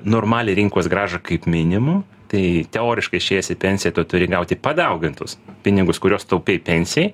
normalią rinkos grąžą kaip minimum tai teoriškai išėjęs į pensiją tu turi gauti padaugintus pinigus kuriuos taupei pensijai